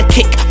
Kick